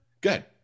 good